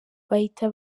bahita